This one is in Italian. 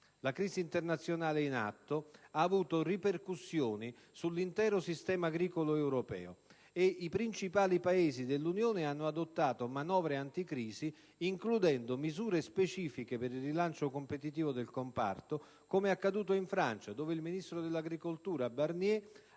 La crisi internazionale in atto ha avuto ripercussioni sull'intero sistema agricolo europeo e i principali Paesi dell'Unione hanno adottato manovre anticrisi includendo misure specifiche per il rilancio competitivo del comparto come accaduto in Francia, dove il ministro dell'agricoltura Barnier ha